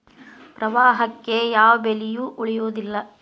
ಪ್ರವಾಹಕ್ಕೆ ಯಾವ ಬೆಳೆಯು ಉಳಿಯುವುದಿಲ್ಲಾ